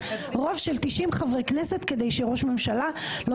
רוב של 90 חברי כנסת כדי שראש ממשלה לא